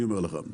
אני אומר לך.